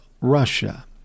Russia